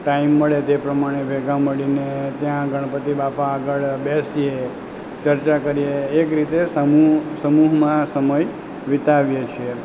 time મળે તે પ્રમાણે ભેગાં મળીને ત્યાં ગણપતિ બાપા આગળ બેસીએ ચર્ચા કરીએ એક રીતે સમૂહ સમૂહમાં સમય વીતાવીએ છીએ